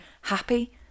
happy